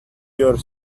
your